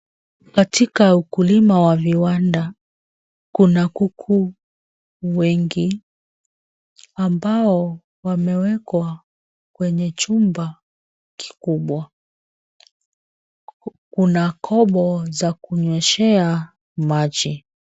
Katika ukulima wa viwanda, Kuna kuku wengi ambao wamewekwa, kwenye chumba kikubwa. Kuna Kobo za kunyweshea maji.